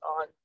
on